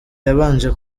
yabanje